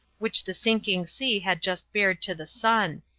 which the sinking sea had just bared to the sun.